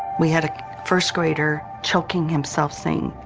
we had a first grader choking himself, saying,